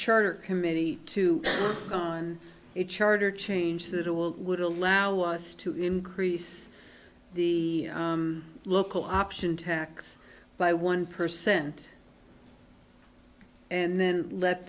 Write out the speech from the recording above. charter committee to run a charter change that will would allow us to increase the local option tax by one percent and then let